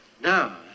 No